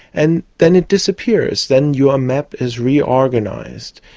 and then it disappears. then your map is reorganised.